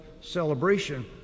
celebration